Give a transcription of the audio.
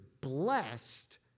blessed